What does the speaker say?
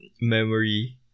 memory